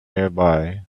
nearby